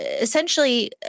essentially